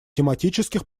тематических